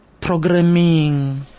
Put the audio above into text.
programming